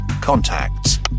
Contacts